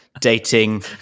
dating